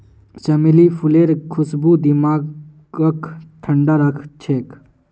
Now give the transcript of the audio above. चमेली फूलेर खुशबू दिमागक ठंडा राखछेक